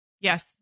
Yes